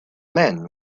men